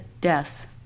death